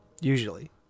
usually